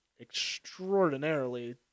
extraordinarily